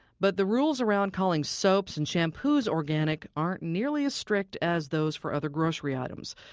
but the rules around calling soaps and shampoos organic aren't nearly as strict as those for other grocery items.